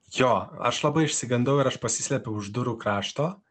jo aš labai išsigandau ir aš pasislepiau už durų krašto